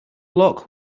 lock